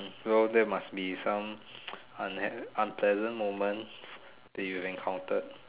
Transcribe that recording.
oh so that must be some unhappy unpleasant moment that you have encountered